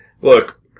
Look